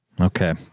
Okay